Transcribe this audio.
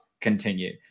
Continue